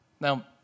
Now